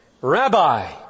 Rabbi